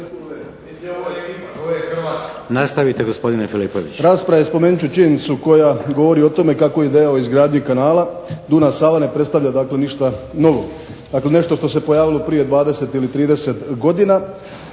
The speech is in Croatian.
što je Hrvatska